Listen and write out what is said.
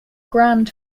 grand